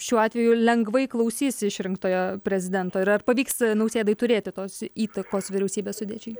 šiuo atveju lengvai klausys išrinktojo prezidento ir ar pavyks nausėdai turėti tos įtakos vyriausybės sudėčiai